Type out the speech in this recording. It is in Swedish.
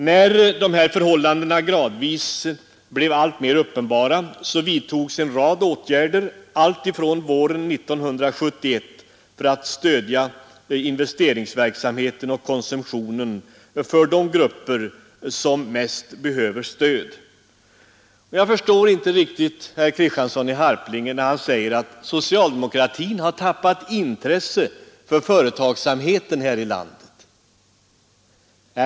När dessa förhållanden gradvis blev uppenbara vidtogs en rad åtgärder med början våren 1971 för att stödja investeringsverksamheten och konsumtionen för de grupper som bäst behövde stöd. Jag förstår inte riktigt herr Kristiansson i Harplinge, när han säger att socialdemokratin har tappat intresset för företagsamheten här i landet.